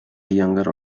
younger